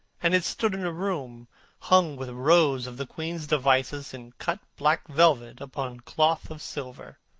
and it stood in a room hung with rows of the queen's devices in cut black velvet upon cloth of silver.